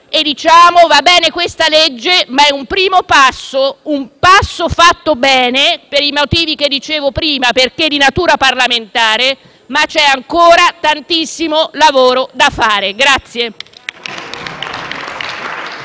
quindi che va bene questa legge, ma è un primo passo, un passo fatto bene per i motivi che dicevo prima, perché di natura parlamentare, ma c'è ancora tantissimo lavoro da fare.